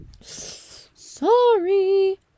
sorry